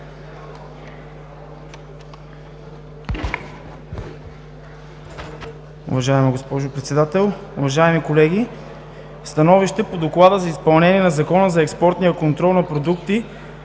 Уважаема госпожо Председател, уважаеми колеги! „СТАНОВИЩЕ по Доклада за изпълнението на Закона за експортния контрол на продукти,